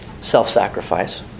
self-sacrifice